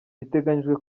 biteganijwe